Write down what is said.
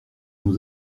nous